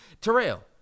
Terrell